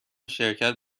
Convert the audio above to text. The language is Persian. شرکت